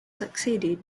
succeeded